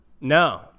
No